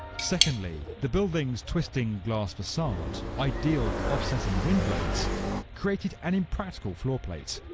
secondly, the building's twisting glass facade ideal for offsetting wind loads created an impractical floorplate,